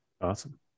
Awesome